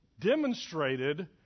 demonstrated